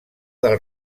del